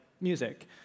music